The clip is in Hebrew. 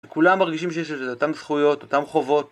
כולם מרגישים שיש לזה אותן זכויות, אותן חובות.